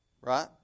right